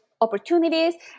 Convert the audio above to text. opportunities